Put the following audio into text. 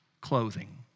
clothing